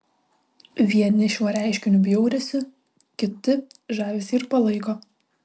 vieni šiuo reiškiniu bjaurisi kiti žavisi ir palaiko